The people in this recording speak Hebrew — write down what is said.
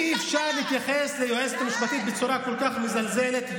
אי-אפשר להתייחס ליועצת משפטית בצורה כל כך מזלזלת.